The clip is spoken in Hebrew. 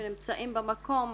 שנמצאים במקום,